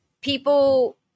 people